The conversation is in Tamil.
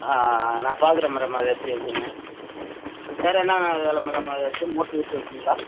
ஆ ஆ ஆ நான் பார்க்குறேன் மேடம் அது எப்படி வருதுன்னு வேறு என்ன வேலை மேடம் அதில் இருக்குது மோட்ரு கீட்ரு வைக்கணுங்களா